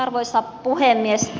arvoisa puhemies